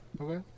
Okay